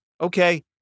okay